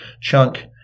chunk